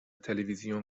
تلویزیون